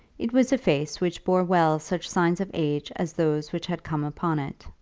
it was a face which bore well such signs of age as those which had come upon it.